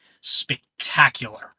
spectacular